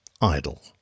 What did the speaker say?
idle